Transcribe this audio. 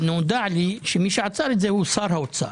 ונודע לי שמי שעצר את זה הוא שר האוצר.